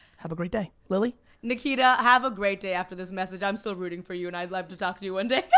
have a great day. lilly? nikita, have a great day after this message. i'm still rooting for you and i'd love to talk to you one and day.